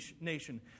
nation